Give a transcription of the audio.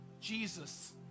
Jesus